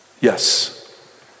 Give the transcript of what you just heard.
Yes